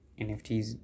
NFTs